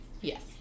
Yes